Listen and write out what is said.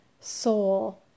soul